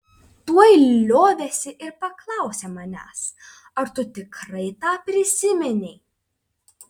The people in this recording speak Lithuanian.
tuoj liovėsi ir paklausė manęs ar tu tikrai tą prisiminei